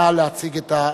נא להציג את ההצעה.